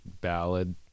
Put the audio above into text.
ballad